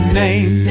name